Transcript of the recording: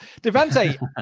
Devante